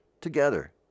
together